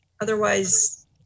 otherwise